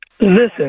listen